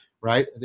Right